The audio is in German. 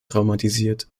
traumatisiert